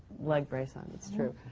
leg brace on, that's true.